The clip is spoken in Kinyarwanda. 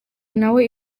nawe